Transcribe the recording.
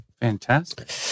fantastic